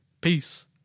Peace